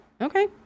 okay